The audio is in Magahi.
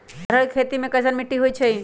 अरहर के खेती मे कैसन मिट्टी होइ?